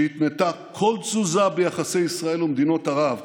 שהתנתה כל תזוזה ביחסי ישראל ומדינות ערב,